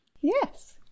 Yes